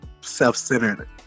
self-centered